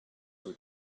were